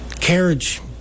carriage